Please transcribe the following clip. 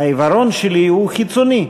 העיוורון שלי הוא חיצוני,